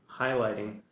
highlighting